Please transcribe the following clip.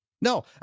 No